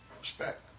Respect